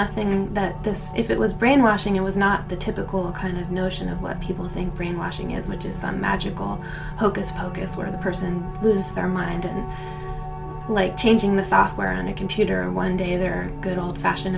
nothing and that this if it was brainwashing it was not the typical kind of notion of what people think brainwashing as much as some magical hocus pocus where the person loses their mind like changing the software in a computer and one day there are good old fashioned